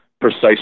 precise